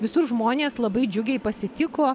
visur žmonės labai džiugiai pasitiko